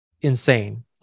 insane